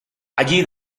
allí